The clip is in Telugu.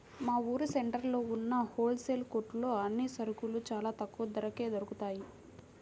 మా ఊరు సెంటర్లో ఉన్న హోల్ సేల్ కొట్లో అన్ని సరుకులూ చానా తక్కువ ధరకే దొరుకుతయ్